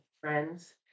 friends